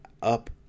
up